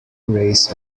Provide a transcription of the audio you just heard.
raise